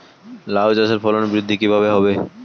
লাউ চাষের ফলন বৃদ্ধি কিভাবে হবে?